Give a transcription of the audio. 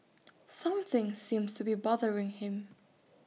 something seems to be bothering him